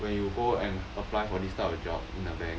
when you go and apply for this type of job in a bank